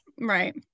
Right